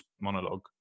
monologue